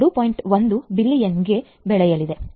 1 ಬಿಲಿಯನ್ಗೆ ಬೆಳೆಯಲಿದೆ